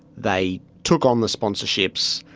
they took on the sponsorships,